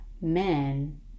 men